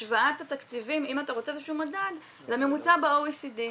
השוואת התקציבים אם אתה רוצה איזשהו מדד לממוצע ב-OECD.